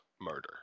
murder